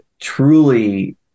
truly